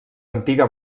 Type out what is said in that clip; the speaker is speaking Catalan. antiga